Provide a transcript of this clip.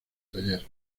taller